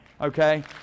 okay